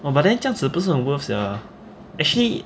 oh but then 这样子不是很 worth sia actually